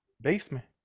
basement